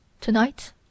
Tonight